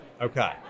Okay